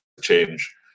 change